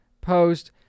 post